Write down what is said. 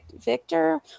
Victor